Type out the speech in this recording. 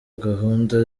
gahunda